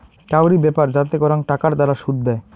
কাউরি ব্যাপার যাতে করাং টাকার দ্বারা শুধ দেয়